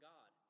God